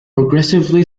progressively